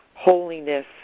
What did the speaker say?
holiness